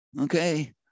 Okay